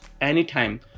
anytime